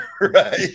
Right